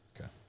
Okay